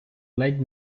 ледь